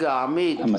עמית,